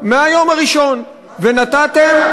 מהיום הראשון, ונתתם,